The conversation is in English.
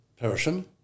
person